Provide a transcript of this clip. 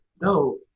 no